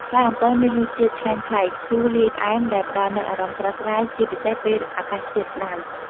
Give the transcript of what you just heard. ផ្លែអំពិលមានរសជាតិឆ្ងាញ់ប្លែក ជូរលាយផ្អែម ដែលផ្តល់នូវអារម្មណ៍ស្រស់ស្រាយជាពិសេសពេលអាកាសធាតុក្តៅ។